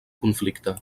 conflicte